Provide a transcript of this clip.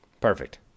Perfect